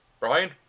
Brian